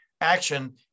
action